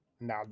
now